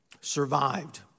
survived